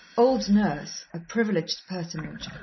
old nurse, a privileged personage,